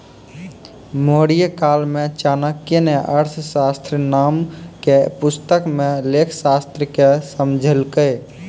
मौर्यकाल मे चाणक्य ने अर्थशास्त्र नाम के पुस्तक मे लेखाशास्त्र के समझैलकै